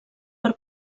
per